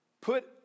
put